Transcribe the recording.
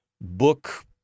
book